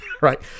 right